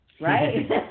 Right